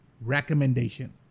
recommendation